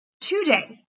today